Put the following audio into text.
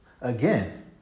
again